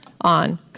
on